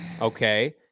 okay